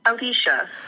Alicia